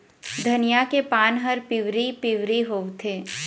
धनिया के पान हर पिवरी पीवरी होवथे?